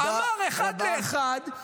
- -אמר אחד לאחד,